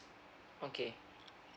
okay